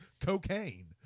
cocaine